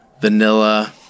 Vanilla